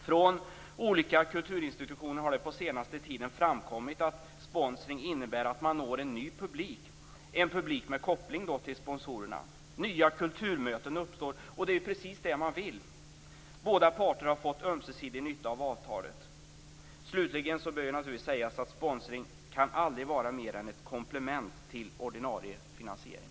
Från olika kulturinstitutioner har det på senare tid framkommit att sponsring innebär att man når en ny publik, en publik med koppling till sponsorerna. Nya kulturmöten uppstår och det är ju precis det man vill. Båda parter har fått ömsesidig nytta av avtalet. Slutligen bör naturligtvis sägas att sponsring aldrig kan vara mer än ett komplement till ordinarie finansiering.